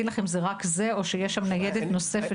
לך אם זה רק זה או שיש שם ניידת נוספת